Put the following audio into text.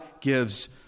gives